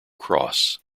cross